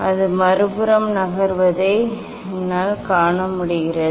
அது மறுபுறம் நகர்வதை என்னால் காண முடிகிறது